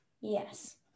Yes